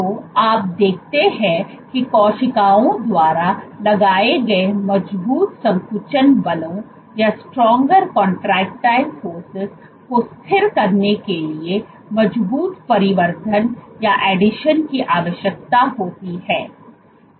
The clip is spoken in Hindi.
तो आप देखते हैं कि कोशिकाओं द्वारा लगाए गए मजबूत संकुचन बलों को स्थिर करने के लिए मजबूत परिवर्धन की आवश्यकता होती है